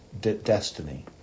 destiny